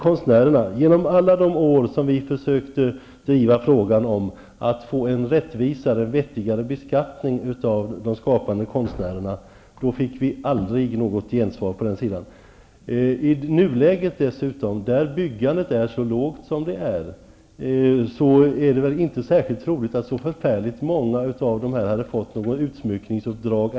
Under alla de år som vi försökte driva frågan om att få en rättvisare och vettigare beskattning av de skapande konstnärernas inkomster fick vi aldrig något gensvar. I nuläget, när byggandet är så lågt som det är, är det väl inte särskilt troligt att det ändå hade blivit så förfärligt många utsmyckningsuppdrag.